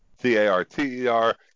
c-a-r-t-e-r